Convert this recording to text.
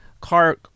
car